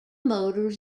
motors